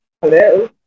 hello